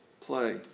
play